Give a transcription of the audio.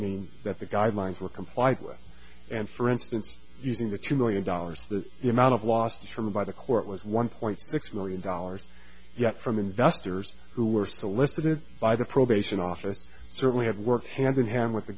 mean that the guidelines were complied with and for instance using the two million dollars that the amount of lost from by the court was one point six million dollars yet from investors who were solicited by the probation office certainly have worked hand in hand with the